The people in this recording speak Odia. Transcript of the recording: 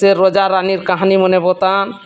ସେ ରଜା ରାନୀର୍ କାହାନୀମାନେ ବତାନ୍